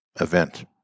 event